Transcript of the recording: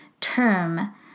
term